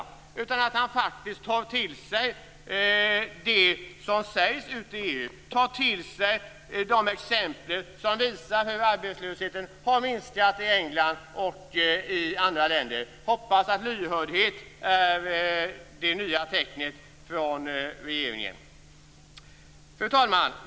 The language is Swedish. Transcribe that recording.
I stället hoppas jag att han faktiskt tar till sig det som sägs ute i EU och de exempel som visar hur arbetslösheten har minskat i England och i andra länder. Man får hoppas att lyhördhet är det nya tecknet från regeringen. Fru talman!